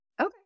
Okay